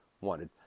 wanted